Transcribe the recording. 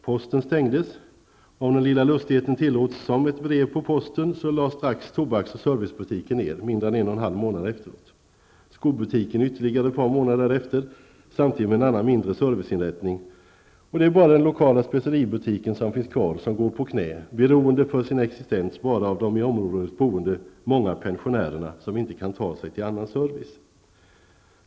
Posten stängdes, och -- om den lilla lustigheten tillåts -- som ett brev på posten lades tobaks och servicebutiken ned mindre än en och en halv månad efteråt, skobutiken ytterligare ett par månader därefter samtidigt med en annan, mindre serviceinrättning. Den lokala speceributiken som finns kvar går på knä -- beroende för sin existens bara av de i området boende många pensionärerna, som inte kan ta sig till annan service.